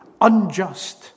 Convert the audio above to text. unjust